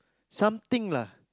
something lah